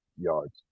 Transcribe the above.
yards